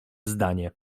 zdanie